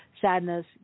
sadness